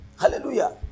Hallelujah